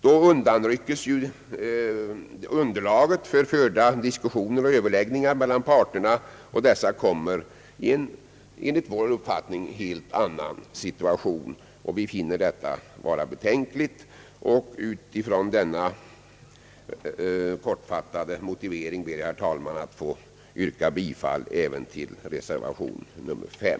Då undanrycks ju underlaget för förda diskussioner och överläggningar mellan parterna och dessa kommer i en enligt vår uppfattning helt annan situation, vilket vi finner betänkligt. Med denna kortfattade motivering ber jag, herr talman, att få yrka bifall även till reservation nr 5.